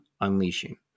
Unleashing